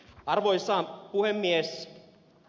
arvoisa puhemies